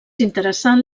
interessant